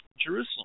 Jerusalem